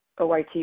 OIT